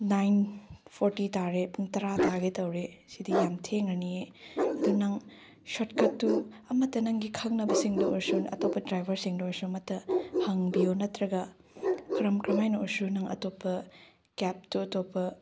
nine forty ꯇꯥꯔꯦ ꯄꯨꯡ ꯇꯔꯥ ꯇꯥꯒꯦ ꯇꯧꯔꯦ ꯁꯤꯗꯤ ꯌꯥꯝ ꯊꯦꯡꯂꯅꯤ ꯑꯗꯨ ꯅꯪ ꯁꯣꯔꯠ ꯀꯠꯇꯨ ꯑꯃꯠꯇ ꯅꯪꯒꯤ ꯈꯪꯅꯕꯁꯤꯡꯗ ꯑꯣꯏꯔꯁꯨ ꯑꯇꯣꯞꯄ ꯗ꯭ꯔꯥꯏꯕꯔꯁꯤꯡꯗ ꯑꯣꯏꯔꯁꯨ ꯑꯃꯇ ꯍꯪꯕꯤꯌꯨ ꯅꯠꯇ꯭ꯔꯒ ꯀꯔꯝ ꯀꯔꯝꯍꯥꯏꯅ ꯑꯣꯏꯔꯁꯨ ꯅꯪ ꯑꯇꯣꯞꯄ ꯀꯦꯕꯇꯨ ꯑꯇꯣꯞꯄ